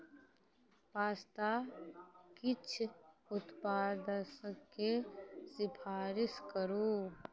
pasta किछु उत्पादके सिफारिश करू